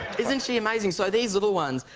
isn't she amazing? so, these little ones,